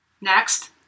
Next